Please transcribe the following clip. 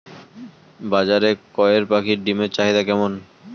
বাজারে কয়ের পাখীর ডিমের চাহিদা কেমন?